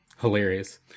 hilarious